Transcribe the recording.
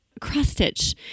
cross-stitch